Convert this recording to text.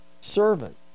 servant